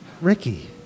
Ricky